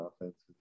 offenses